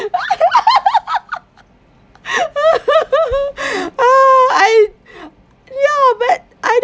I ya but I don't